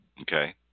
okay